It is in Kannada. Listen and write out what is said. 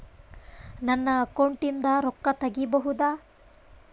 ನನ್ನ ಅಕೌಂಟಿಂದ ರೊಕ್ಕ ತಗಿಬಹುದಾ?